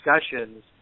discussions